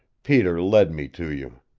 peter led me to you.